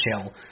chill